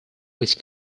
which